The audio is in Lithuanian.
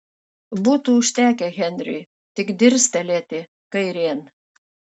būtų užtekę henriui tik dirstelėti kairėn